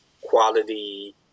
quality